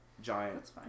giant